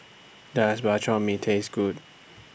Does Bak Chor Mee Taste Good